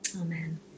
Amen